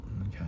okay